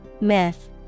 Myth